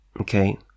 Okay